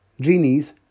Genies